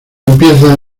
empieza